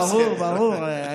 ברור, ברור.